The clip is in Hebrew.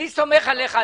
אני סומך עליך,